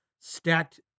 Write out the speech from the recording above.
stacked